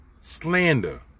slander